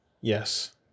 yes